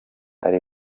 ari